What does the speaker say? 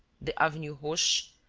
the avenue hoche,